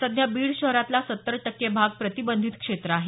सध्या बीड शहरातला सत्तर टक्के भाग प्रतिबंधित क्षेत्र आहे